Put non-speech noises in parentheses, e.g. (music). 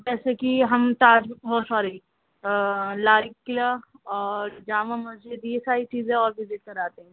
جیسے کہ ہم تاج وہ سوری لال قلعہ اور جامع مسجد یہ ساری چیزیں اور بھی (unintelligible) آتے ہیں